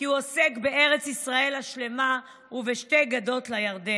כי הוא עוסק בארץ ישראל השלמה ובשתי גדות לירדן.